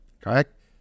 correct